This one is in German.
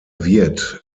wird